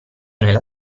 nella